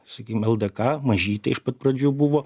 sakykim ldk mažytė iš pat pradžių buvo